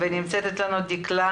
נמצאת אתנו דיקלה